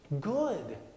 good